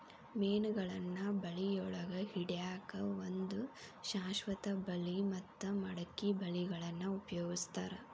ಮೇನಗಳನ್ನ ಬಳಿಯೊಳಗ ಹಿಡ್ಯಾಕ್ ಒಂದು ಶಾಶ್ವತ ಬಲಿ ಮತ್ತ ಮಡಕಿ ಬಲಿಗಳನ್ನ ಉಪಯೋಗಸ್ತಾರ